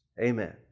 Amen